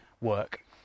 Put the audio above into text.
work